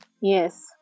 Yes